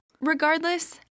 Regardless